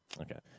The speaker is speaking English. Okay